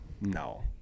no